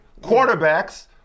Quarterbacks